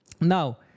Now